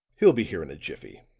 he'll be here in a jiffy.